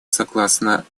согласна